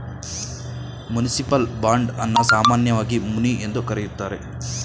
municipal bond ಅನ್ನ ಸಾಮಾನ್ಯವಾಗಿ muni ಎಂದು ಕರೆಯುತ್ತಾರೆ